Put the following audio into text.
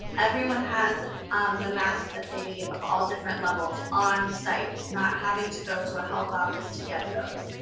everyone has the mask that they need of all different levels on site. not having to go to a health office to get those.